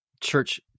church